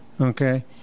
okay